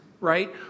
right